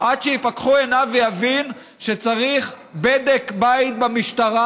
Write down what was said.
עד שייפקחו עיניו ויבין שצריך בדק בית במשטרה.